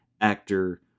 actor